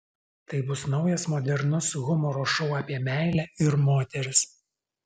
tai bus naujas modernus humoro šou apie meilę ir moteris